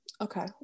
okay